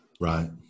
right